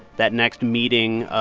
that next meeting